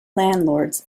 landlords